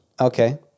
okay